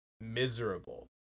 miserable